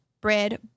bread